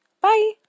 bye